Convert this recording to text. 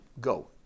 go